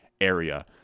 area